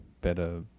better